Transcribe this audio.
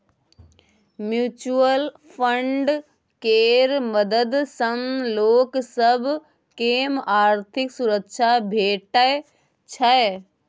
mutual fund केर मदद सँ लोक सब केँ आर्थिक सुरक्षा भेटै छै